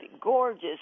gorgeous